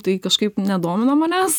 tai kažkaip nedomino manęs